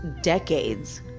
decades